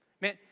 Man